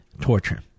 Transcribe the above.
torture